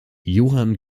johann